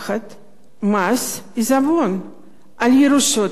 מס עיזבון על ירושות גדולות,